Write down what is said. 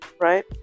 Right